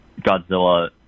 Godzilla